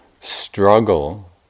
struggle